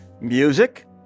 Music